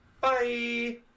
Bye